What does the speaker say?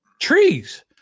Trees